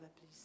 please